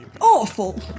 awful